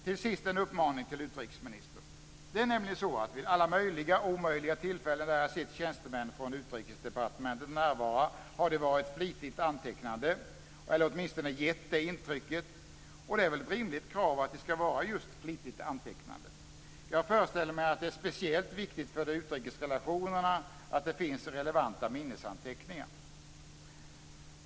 Till sist en uppmaning till utrikesministern. Det är nämligen så att vid alla möjliga och omöjliga tillfällen där jag sett tjänstemän från Utrikesdepartementet närvara har de varit flitigt antecknande, eller åtminstone gett det intrycket. Och det är väl ett rimligt krav att de ska vara just flitigt antecknande. Jag föreställer mig att det är speciellt viktigt för de utrikes relationerna att det finns relevanta minnesanteckningar.